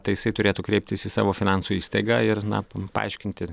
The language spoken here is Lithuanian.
tai jisai turėtų kreiptis į savo finansų įstaigą ir na paaiškinti